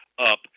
up